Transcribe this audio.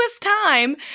time